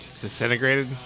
Disintegrated